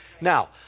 Now